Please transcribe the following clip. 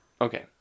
okay